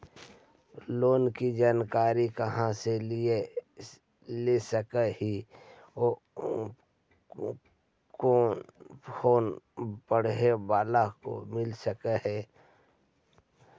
Loan की जानकारी कहा से ले सकली ही, कोन लोन पढ़े बाला को मिल सके ही?